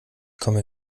komme